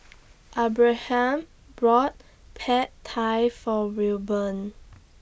Abraham bought Pad Thai For Wilburn